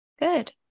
Good